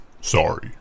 sorry